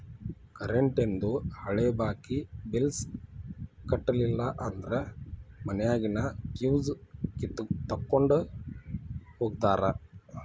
ಕರೆಂಟೇಂದು ಹಳೆ ಬಾಕಿ ಬಿಲ್ಸ್ ಕಟ್ಟಲಿಲ್ಲ ಅಂದ್ರ ಮನ್ಯಾಗಿನ್ ಫ್ಯೂಸ್ ತೊಕ್ಕೊಂಡ್ ಹೋಗ್ತಾರಾ